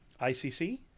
ICC